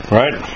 right